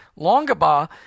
longaba